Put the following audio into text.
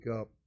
up